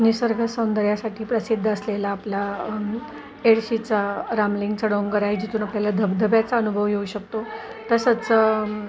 निसर्गसौंदर्यासाठी प्रसिद्ध असलेला आपला एडशीचा रामलिंगचा डोंगर आहे जिथून आपल्याला धबधब्याचा अनुभव येऊ शकतो तसंच